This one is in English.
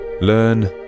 Learn